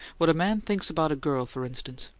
what a man thinks about a girl, for instance.